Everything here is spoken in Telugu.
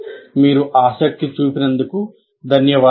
మీరు ఆసక్తి చూపినందుకు ధన్యవాదములు